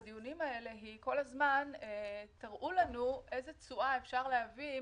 אז היא יכולה להניב תשואה עודפת למשקיע והיא